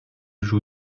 joue